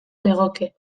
legoke